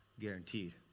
Guaranteed